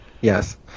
Yes